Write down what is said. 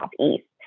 Southeast